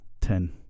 ten